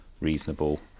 reasonable